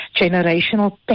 generational